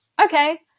okay